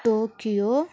Tokyo